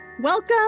Welcome